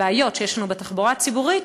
הבעיות שיש לנו בתחבורה הציבורית,